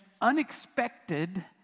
unexpected